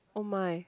oh my